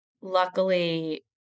Luckily